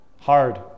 Hard